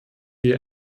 wir